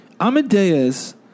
Amadeus